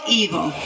evil